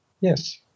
Yes